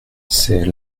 c’est